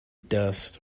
dust